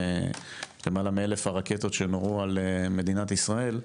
למעלה מאלף הרקטות שנורו על מדינת ישראל,